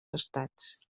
estats